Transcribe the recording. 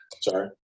Sorry